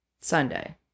Sunday